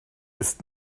ist